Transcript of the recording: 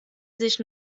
sich